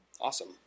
Awesome